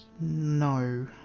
No